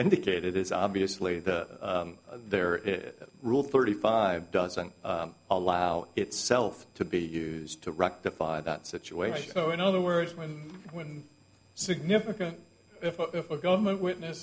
indicated is obviously the there is a rule thirty five doesn't allow itself to be used to rectify that situation so in other words when when significant if a government witness